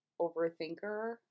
overthinker